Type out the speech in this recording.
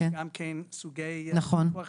יש גם סוגי ייפוי כוח.